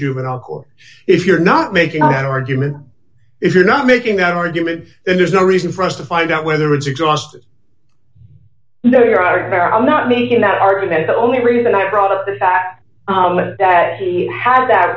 juvenile court if you're not making that argument if you're not making that argument and there's no reason for us to find out whether it's exhausted no there i go i'm not making that argument the only reason i brought up the fact that he had that